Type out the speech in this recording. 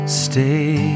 stay